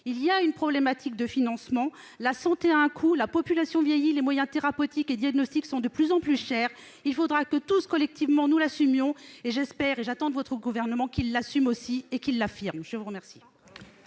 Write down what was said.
aussi une problématique de financement. La santé a un coût, la population vieillit, les moyens thérapeutiques et les diagnostics sont de plus en plus chers. Il faudra que nous l'assumions tous, collectivement. J'espère et j'attends de votre gouvernement qu'il l'assume aussi et qu'il l'affirme. La parole